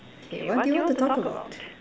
okay what do you want to talk about